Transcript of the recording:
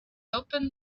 opened